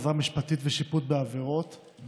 שיפוט בעבירות ועזרה משפטית).